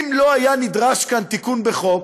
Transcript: אם לא היה נדרש כאן תיקון בחוק,